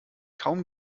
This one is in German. kaum